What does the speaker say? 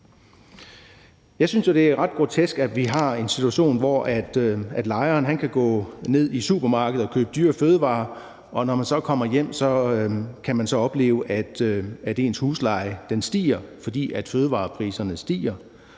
Jeg synes, det er ret grotesk, at vi har en situation, hvor en lejer kan gå ned i supermarkedet og købe dyre fødevarer, og at man så, når man kommer hjem, kan opleve, at ens husleje stiger, fordi fødevarepriserne stiger.